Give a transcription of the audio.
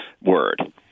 word